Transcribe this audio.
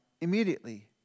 immediately